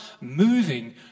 moving